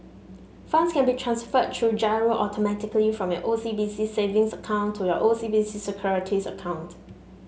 funds can be transferred through GIRO automatically from your O C B C Savings account to your O C B C Securities account